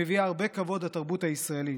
שמביאה הרבה כבוד לתרבות הישראלית,